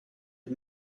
the